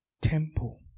temple